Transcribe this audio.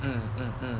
mm mm mm